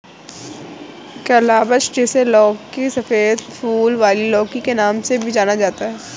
calabash, जिसे लौकी, सफेद फूल वाली लौकी के नाम से भी जाना जाता है